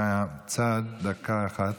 מהצד, דקה אחת.